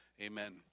Amen